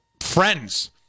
friends